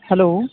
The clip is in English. hello